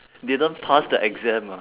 didn't pass the exam ah